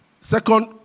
Second